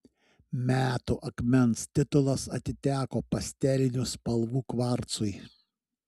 metų akmens titulas atiteko pastelinių spalvų kvarcui